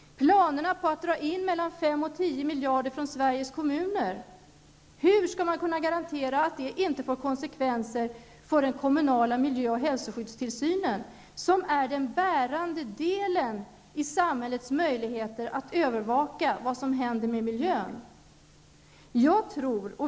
Det finns planer på att dra in mellan 5 och 10 miljarder från Sveriges kommuner. Hur skall man kunna garantera att det inte får konsekvenser för den kommunala miljö och hälsoskyddstillsynen, som är den bärande delen när det gäller samhällets möjligheter att övervaka vad som händer med miljön?